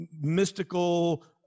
mystical